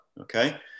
Okay